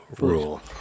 rule